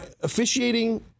officiating